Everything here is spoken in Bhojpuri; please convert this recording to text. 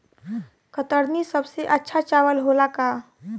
कतरनी सबसे अच्छा चावल होला का?